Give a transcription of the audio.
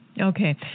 Okay